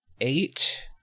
eight